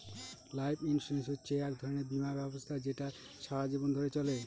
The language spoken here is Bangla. লাইফ ইন্সুরেন্স হচ্ছে এক ধরনের বীমা ব্যবস্থা যেটা সারা জীবন ধরে চলে